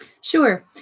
Sure